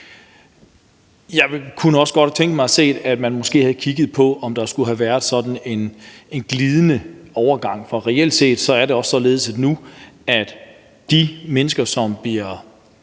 Jeg kunne også godt have tænkt mig, at man måske havde kigget på, om der skulle have været sådan en glidende overgang, for det er også således, at de mennesker, som bliver